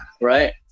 right